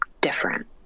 different